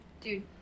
Dude